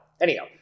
Anyhow